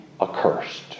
accursed